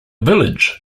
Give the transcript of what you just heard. village